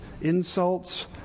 insults